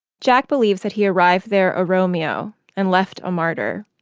jack believes that he arrived there a romeo and left a martyr.